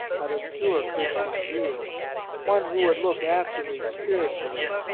out of pure christian zeal one who would look after me spiritually,